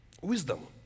wisdom